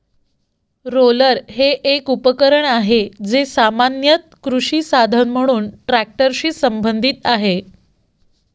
roller हे एक उपकरण आहे, जे सामान्यत कृषी साधन म्हणून ट्रॅक्टरशी संबंधित आहे